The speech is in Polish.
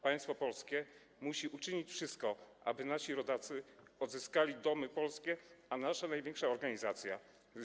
Państwo polskie musi uczynić wszystko, aby nasi rodacy odzyskali domy polskie, a nasza największa organizacja, tj.